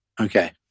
Okay